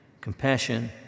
compassion